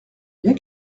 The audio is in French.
bien